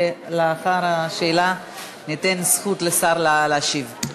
ולאחר השאלה ניתן לשר זכות להשיב.